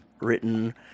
written –